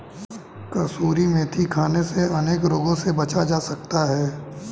कसूरी मेथी खाने से अनेक रोगों से बचा जा सकता है